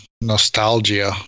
nostalgia